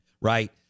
right